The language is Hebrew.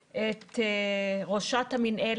ולארגן פה יחד את כל המשתתפים השונים שעוסקים בתחום.